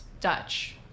Dutch